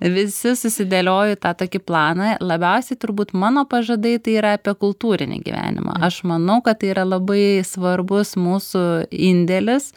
visi susidėlioju tą tokį planą labiausiai turbūt mano pažadai tai yra apie kultūrinį gyvenimą aš manau kad tai yra labai svarbus mūsų indėlis